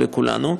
לכולנו.